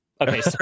okay